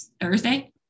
Thursday